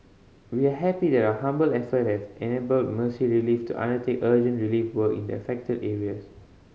we are happy that our humble effort has enabled Mercy Relief to undertake urgent relief work in the affected areas